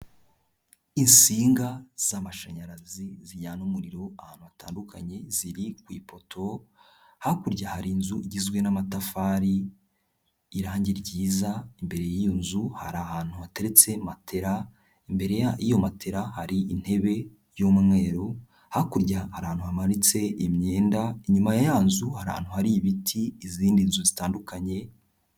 Insinga z'amashanyarazi zijyana umuriro ahantu hatandukanye, ziri ku ipoto, hakurya hari inzu igizwe n'amatafari, irangi ryiza, imbere y'iyo nzu hari ahantu hateretse matela, imbere y'iyo matela hari intebe y'umweru, hakurya hari ahantu hamanitse imyenda, inyuma ya ya nzu hari ahantu hari ibiti, izindi nzu zitandukanye.